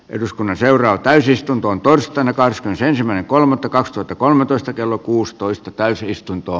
eduskunnan seuraa täysistuntoon torstainakaan ryhmä kolme takaa satakolmetoista kello kuusitoista keskeytetään